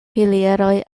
pilieroj